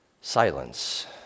Silence